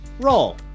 roll